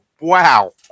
Wow